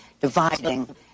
dividing